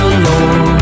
alone